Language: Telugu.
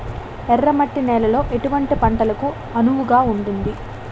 ఎర్ర మట్టి నేలలో ఎటువంటి పంటలకు అనువుగా ఉంటుంది?